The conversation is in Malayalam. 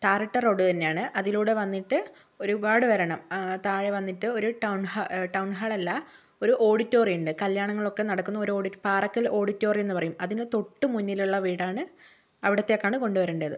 ടാറിട്ട റോഡ് തന്നെയാണ് അതിലൂടെ വന്നിട്ട് ഒരുപാട് വരണം താഴെ വന്നിട്ട് ഒരു ടൗൺ ഹാൾ ടൗൺ ഹാൾ അല്ല ഒരു ഓഡിറ്റോറിയം ഉണ്ട് കല്യാണങ്ങളൊക്കെ നടക്കുന്ന ഒരു പാറക്കൽ ഓഡിറ്റോറിയമെന്ന് പറയും അതിൻ്റെ തൊട്ടു മുന്നിലുള്ള വീടാണ് അവിടുത്തേക്കാണ് കൊണ്ടുവരേണ്ടത്